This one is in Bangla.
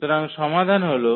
সুতরাং সমাধান হল